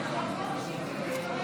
סעיפים 46